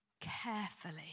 carefully